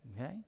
Okay